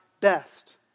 best